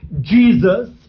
Jesus